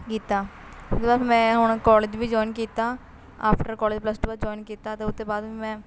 ਕੀਤਾ ਉਹ ਤੋਂ ਬਾਅਦ ਫਿਰ ਮੈਂ ਹੁਣ ਕੋਲੇਜ ਵੀ ਜੁਆਇਨ ਕੀਤਾ ਆਫਟਰ ਕੋਲਿਜ ਪਲੱਸ ਟੂ ਬਾਅਦ ਜੁਆਇਨ ਕੀਤਾ ਅਤੇ ਉਹ ਤੋਂ ਬਾਅਦ ਫਿਰ ਮੈਂ